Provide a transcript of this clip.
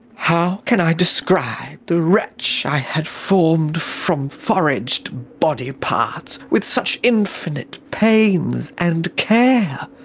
how can i describe the wretch i had formed from foraged body parts, with such infinite pains and care?